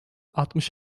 altmış